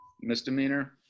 misdemeanor